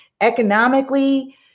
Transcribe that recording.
economically